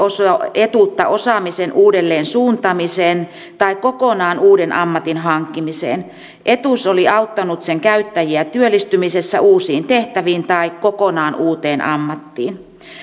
etuutta osaamisen uudelleen suuntaamiseen tai kokonaan uuden ammatin hankkimiseen etuus oli auttanut sen käyttäjiä työllistymisessä uusiin tehtäviin tai kokonaan uuteen ammattiin